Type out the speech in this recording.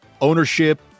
ownership